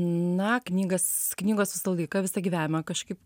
na knygas knygos visą laiką visą gyvenimą kažkaip